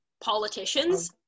politicians